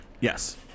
Yes